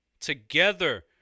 Together